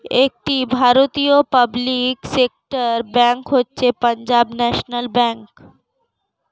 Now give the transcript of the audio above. একটি ভারতীয় public sector bank হচ্ছে পাঞ্জাব ন্যাশনাল ব্যাঙ্ক